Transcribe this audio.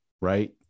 right